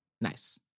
Nice